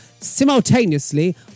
simultaneously